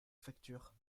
facture